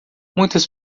muitas